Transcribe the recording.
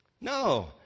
No